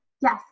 Yes